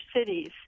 cities